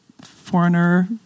foreigner